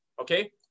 okay